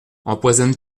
empoisonne